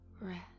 rest